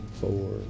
Four